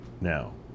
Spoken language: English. now